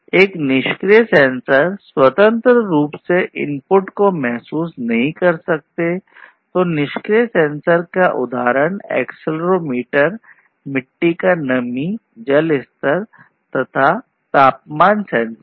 एक निष्क्रिय मिट्टी की नमी जल स्तर तथा तापमान सेंसर हैं